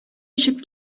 очып